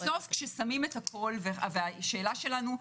השאלה שלנו,